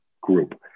group